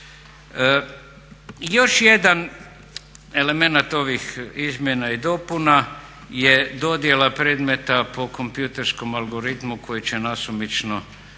Još jedan element ovih izmjena i dopuna je dodjela predmeta po kompjuterskom algoritmu koji će nasumično